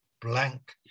blank